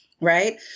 right